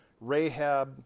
Rahab